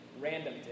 random